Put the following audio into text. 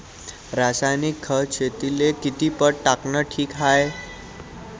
रासायनिक खत शेतीले किती पट टाकनं ठीक हाये?